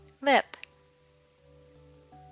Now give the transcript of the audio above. lip